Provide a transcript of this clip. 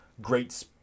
great